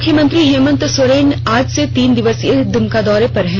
मुख्यमंत्री हेमंत सोरेन आज से तीन दिवसीय दुमका दौरे पर हैं